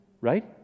right